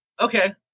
okay